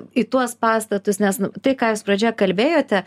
į tuos pastatus nes nu tai ką jūs pradžioje kalbėjote